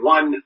One